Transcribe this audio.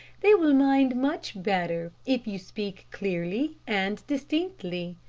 they will mind much better if you speak clearly and distinctly.